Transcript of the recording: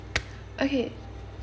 okay